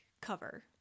cover